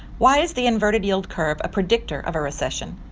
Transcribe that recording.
why is the inverted yield curve a predictor of a recession?